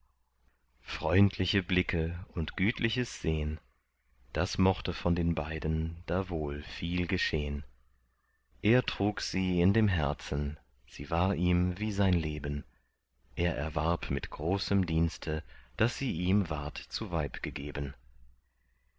freundliche blicke und gütliches sehn des mochte von den beiden da wohl viel geschehn er trug sie in dem herzen sie war ihm wie sein leben er erwarb mit großem dienste daß sie ihm ward zu weib gegeben